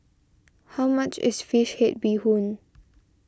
how much is Fish Head Bee Hoon